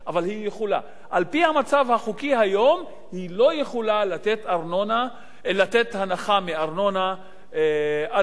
על-פי המצב החוקי היום היא לא יכולה לתת הנחה בארנונה על-פי החוק הקיים,